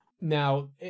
Now